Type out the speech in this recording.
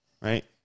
Right